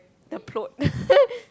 the float